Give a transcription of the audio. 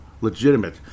Legitimate